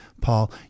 Paul